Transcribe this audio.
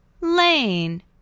Lane